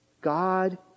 God